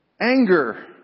anger